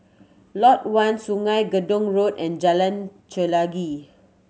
Lot One Sungei Gedong Road and Jalan Chelagi